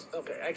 okay